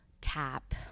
tap